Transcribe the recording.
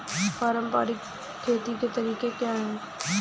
पारंपरिक खेती के तरीके क्या हैं?